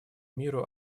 миру